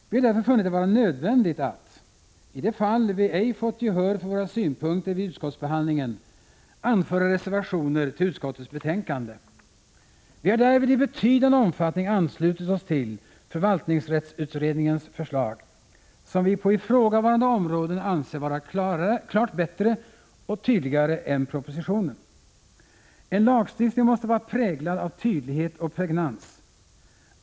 Vi har därför funnit det vara nödvändigt att — i de fall vi ej fått gehör för våra synpunkter vid utskottsbehandlingen — avge reservationer till utskottets betänkande. Vi har därvid i betydande omfattning anslutit oss till förvaltningsrättsutredningens förslag, som vi på ifrågavarande områden anser vara klart bättre och tydligare än propositionens förslag. En lagstiftning måste vara präglad av tydlighet och pregnans.